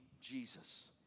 Jesus